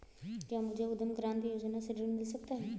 क्या मुझे उद्यम क्रांति योजना से ऋण मिल सकता है?